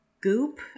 goop